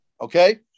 okay